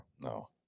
No